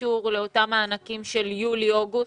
הקישור לאותם מענקים של יולי-אוגוסט,